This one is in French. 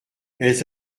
elles